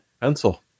pencil